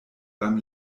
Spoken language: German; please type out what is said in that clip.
beim